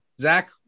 Zach